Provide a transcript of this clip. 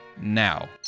now